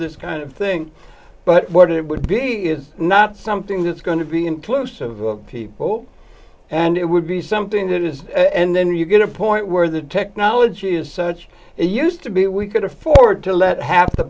this kind of thing but it would be is not something that's going to be inclusive of people and it would be something that is and then you get a point where the technology is such and used to be we could afford to let have the